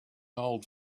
old